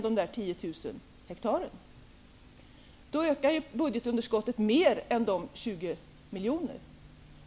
Då ökar ju budgetunderskottet med mer än 20 miljoner.